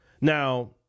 Now